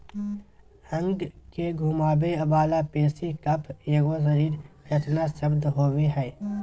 अंग के घुमावे वाला पेशी कफ एगो शरीर रचना शब्द होबो हइ